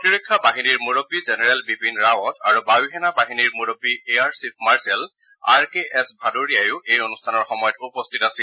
প্ৰতিৰক্ষা বাহিনীৰ মুৰৰবী জেনেৰেল বিপিণ ৰাৱাট আৰু বায়ুসেনা বাহিনীৰ মুৰৰবী air chief marshal R K S ভাদৌৰিয়াও এই অনুষ্ঠানৰ সময়ত উপস্থিত আছিল